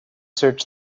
search